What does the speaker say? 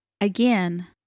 again